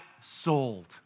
sold